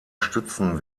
stützen